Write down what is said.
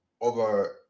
over